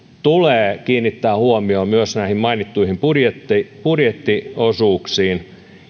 tulee kiinnittää huomiota myös näihin mainittuihin budjettiosuuksiin